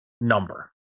number